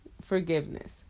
forgiveness